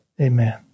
amen